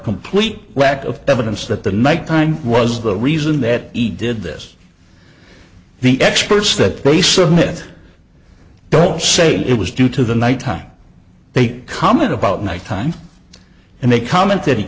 complete lack of evidence that the nighttime was the reason that each did this the experts that they submit the whole say it was due to the night time they comment about night time and they comment that he